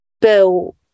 bill